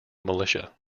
militia